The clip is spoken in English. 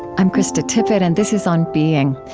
i'm krista tippett, and this is on being.